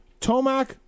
Tomac